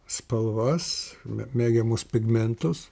spalvas mėgiamus pigmentus